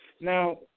Now